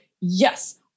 yes